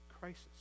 crisis